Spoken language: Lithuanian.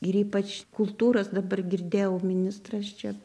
ir ypač kultūros dabar girdėjau ministras čia